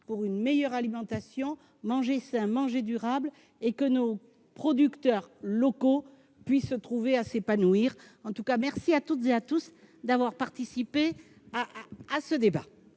pour une meilleure alimentation : manger sain et durable, et que nos producteurs locaux puissent trouver à s'épanouir. Je vous remercie toutes et tous d'avoir participé à ce débat.